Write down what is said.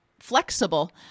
flexible